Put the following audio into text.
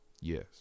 Yes